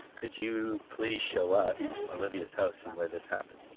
could you please show us olivia's house and where this happened?